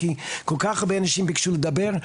כי כל כך הרבה אנשים ביקשו לדבר.